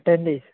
ten days